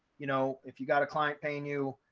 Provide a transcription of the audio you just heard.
you know, if you got a client paying you,